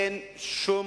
אין שום